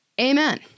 amen